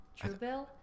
Truebill